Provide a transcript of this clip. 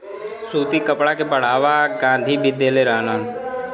सूती कपड़ा के बढ़ावा गाँधी भी देले रहलन